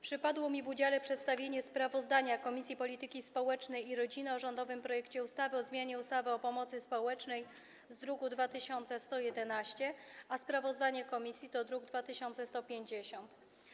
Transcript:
Przypadło mi w udziale przedstawienie sprawozdania Komisji Polityki Społecznej i Rodziny o rządowym projekcie ustawy o zmianie ustawy o pomocy społecznej z druku nr 2111, a sprawozdanie komisji to druk nr 2150.